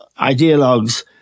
ideologues